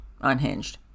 unhinged